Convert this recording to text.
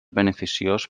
beneficiós